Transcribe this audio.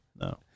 No